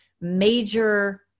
major